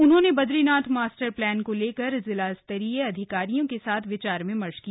उन्होंने Badrinath master plan को लेकर जिला स्तरीय अधिकारियों के साथ विचार विमर्श किया